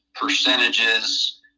percentages